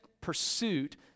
pursuit